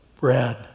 bread